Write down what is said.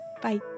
Bye